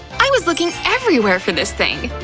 i was looking everywhere for this thing.